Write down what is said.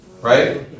Right